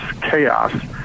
chaos